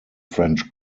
french